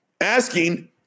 asking